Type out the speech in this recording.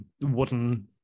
wooden